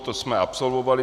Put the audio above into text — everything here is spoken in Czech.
To jsme absolvovali.